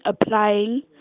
applying